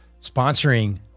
sponsoring